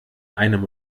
einem